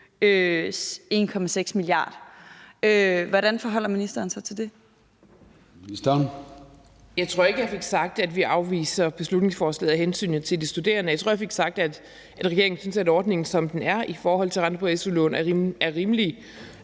Uddannelses- og forskningsministeren (Christina Egelund): Jeg tror ikke, jeg fik sagt, at vi afviser beslutningsforslaget af hensyn til de studerende. Jeg tror, jeg fik sagt, at regeringen synes, at ordningen, som den er, i forhold til renten på su-lån er rimelig.